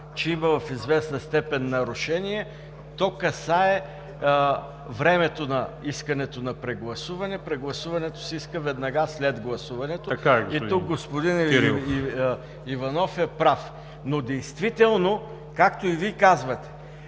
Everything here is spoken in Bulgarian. че има в известна степен нарушение. То касае времето на искането на прегласуване. Прегласуването се иска веднага след гласуването. И тук господин Иванов е прав. ПРЕДСЕДАТЕЛ ВАЛЕРИ ЖАБЛЯНОВ: Така е.